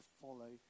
follow